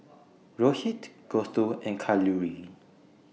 Rohit Gouthu and Kalluri